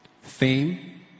Fame